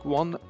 one